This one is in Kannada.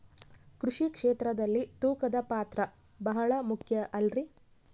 ಕೃಷಿ ಕ್ಷೇತ್ರದಲ್ಲಿ ತೂಕದ ಪಾತ್ರ ಬಹಳ ಮುಖ್ಯ ಅಲ್ರಿ?